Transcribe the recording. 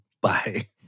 Bye